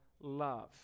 love